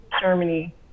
Germany